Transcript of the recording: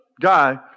guy